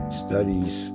studies